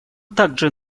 также